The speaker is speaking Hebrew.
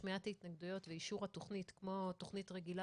שמיעת ההתנגדויות ואישור התכנית כמו תכנית רגילה